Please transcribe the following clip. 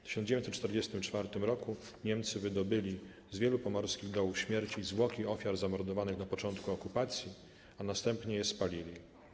W 1944 r. Niemcy wydobyli z wielu pomorskich dołów śmierci zwłoki ofiar zamordowanych na początku okupacji, a następnie je spalili.